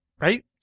Right